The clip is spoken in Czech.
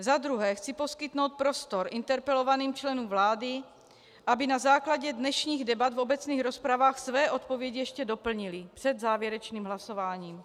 Za druhé chci poskytnout prostor interpelovaným členům vlády, aby na základě dnešních debat v obecných rozpravách své odpovědi ještě doplnili před závěrečným hlasováním.